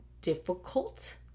difficult